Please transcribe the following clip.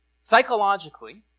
psychologically